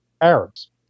Arabs